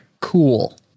cool